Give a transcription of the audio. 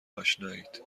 آشنایید